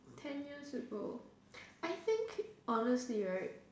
turn years ago I think honestly right